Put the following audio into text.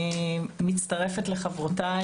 אני מצטרפת לחברותיי